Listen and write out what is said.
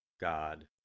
God